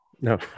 no